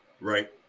Right